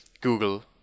Google